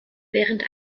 während